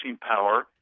power